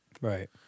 Right